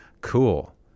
cool